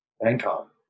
Bangkok